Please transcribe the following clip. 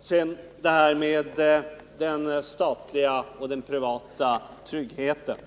Sedan det här med den statliga och den privata tryggheten.